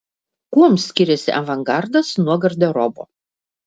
kuom skiriasi avangardas nuo garderobo